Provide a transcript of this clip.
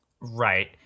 Right